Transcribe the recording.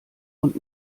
und